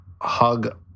hug